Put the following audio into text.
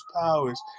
powers